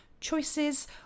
choices